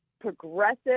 progressive